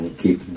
keep